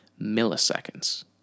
milliseconds